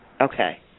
Okay